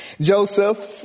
Joseph